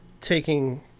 taking